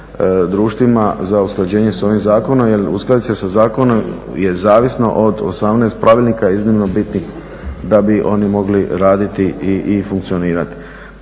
društvima za usklađenje s ovim zakonom jer uskladiti se sa zakonom je zavisno od 18 pravilnika iznimno bitnih da bi oni mogli raditi i funkcionirati.